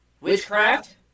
witchcraft